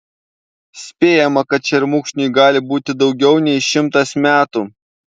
spėjama kad šermukšniui gali būti daugiau nei šimtas metų